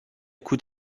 coup